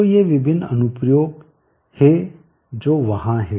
तो ये विभिन्न अनुप्रयोग हैं जो वहां हैं